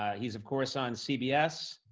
ah he's, of course, on cbs.